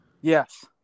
Yes